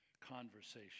conversation